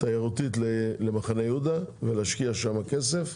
תיירותית למחנה יהודה ולהשקיע שם כסף,